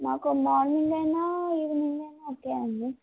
మాకు మార్నింగ్ అయినా ఈవినింగ్ అయినా ఓకే అండి